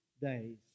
days